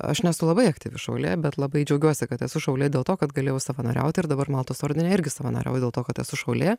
aš nesu labai aktyvi šaulė bet labai džiaugiuosi kad esu šaulė dėl to kad galėjau savanoriauti ir dabar maltos ordine irgi savanoriauju dėl to kad esu šaulė